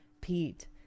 Pete